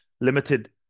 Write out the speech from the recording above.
limited